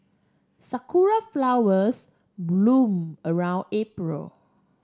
sakura flowers bloom around April